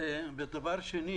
ודבר שני